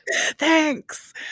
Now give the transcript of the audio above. Thanks